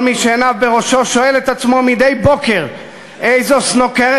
כל מי שעיניו בראשו שואל את עצמו מדי בוקר איזו סנוקרת